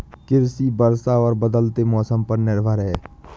कृषि वर्षा और बदलते मौसम पर निर्भर है